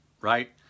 right